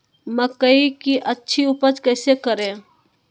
मकई की अच्छी उपज कैसे करे?